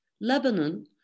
lebanon